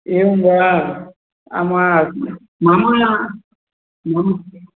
एवं वा आं मम मम